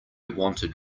wanted